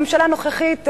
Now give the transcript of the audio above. הממשלה הנוכחית,